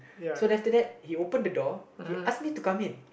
so then after that he open the door he ask me to come in